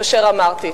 אשר אמרתי.